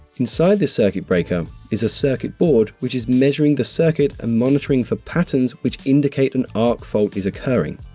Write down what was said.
inside this circuit breaker is a circuit board which is measuring the circuit and monitoring for patterns which indicate an arc fault is occurring.